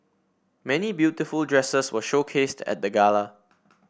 many beautiful dresses were showcased at the gala